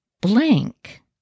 blank